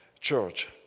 church